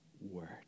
word